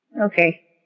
Okay